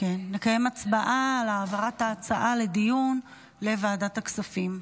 נקיים הצבעה על העברת ההצעה לדיון לוועדת הכספים.